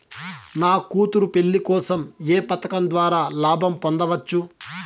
నా కూతురు పెళ్లి కోసం ఏ పథకం ద్వారా లాభం పొందవచ్చు?